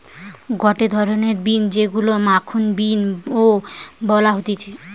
গটে ধরণের বিন যেইগুলো মাখন বিন ও বলা হতিছে